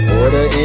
order